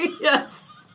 Yes